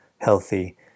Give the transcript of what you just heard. healthy